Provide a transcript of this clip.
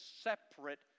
separate